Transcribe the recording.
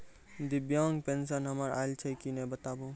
दिव्यांग पेंशन हमर आयल छै कि नैय बताबू?